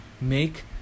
make